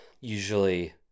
usually